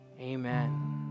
amen